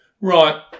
Right